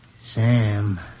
Sam